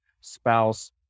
spouse